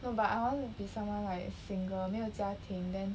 no but I want to be someone like single 没有家庭 then